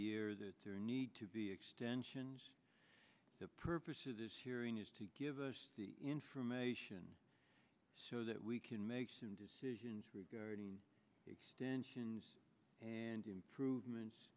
year that there need to be extensions the purpose of this hearing is to give us the information so that we can make some decisions regarding extensions and improvements